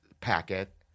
packet